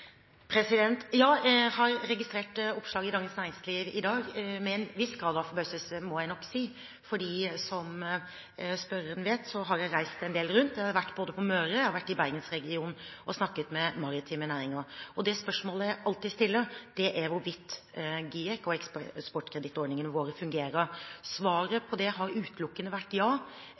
har registrert oppslaget i Dagens Næringsliv i dag med en viss grad av forbauselse, må jeg nok si, for som spørreren vet, har jeg reist en del rundt. Jeg har vært både på Møre og i Bergensregionen og snakket med maritime næringer. Det spørsmålet jeg alltid stiller, er hvorvidt GIEK og eksportkredittordningene våre fungerer. Svaret på mitt spørsmål har utelukkende vært ja.